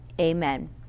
Amen